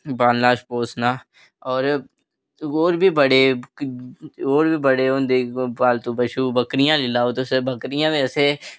पालना पोसना होर होर बी बड़े होर बी बड़े होंदे पालतू पशु बक्करियां लाई लैओ बक्करियां बी असें